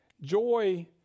Joy